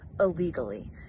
illegally